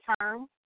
term